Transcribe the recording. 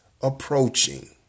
approaching